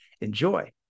Enjoy